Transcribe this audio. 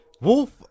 Wolf